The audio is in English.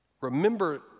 Remember